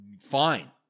fine